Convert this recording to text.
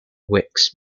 weeks